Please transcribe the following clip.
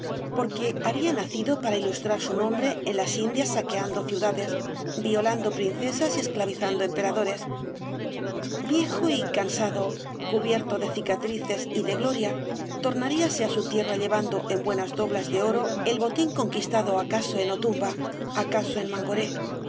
porque había nacido para ilustrar su nombre en las indias saqueando ciudades violando princesas y es wm u u gl lujjwvj c cbbgjobras de valle inclan clavizando emperadores viejo y cansado cubierto de cicatrices y de gloria tornaríase á su tierra llevando en buenas doblas de oro el botín conquistado acaso en otumba acaso en mangoré